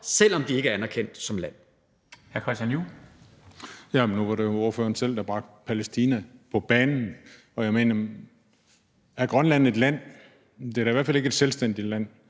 selv om de ikke er anerkendt som land.